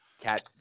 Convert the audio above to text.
Cat